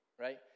right